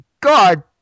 God